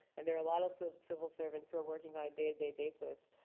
and there are a lot of so civil servants who are working on a day-to-day basis,